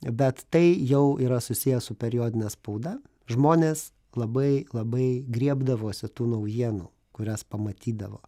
bet tai jau yra susiję su periodine spauda žmonės labai labai griebdavosi tų naujienų kurias pamatydavo